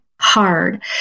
Hard